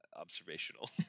observational